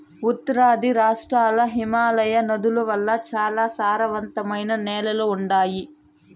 ఉత్తరాది రాష్ట్రాల్ల హిమాలయ నదుల వల్ల చాలా సారవంతమైన నేలలు ఉండాయి